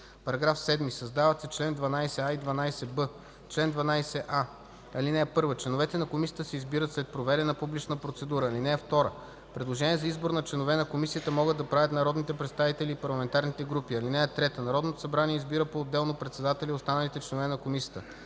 § 7: „§ 7. Създават се чл. 12а и 12б: „Чл. 12а. (1) Членовете на комисията се избират след проведена публична процедура. (2) Предложения за избор на членове на комисията могат да правят народните представители и парламентарните групи. (3) Народното събрание избира поотделно председателя и останалите членове на комисията.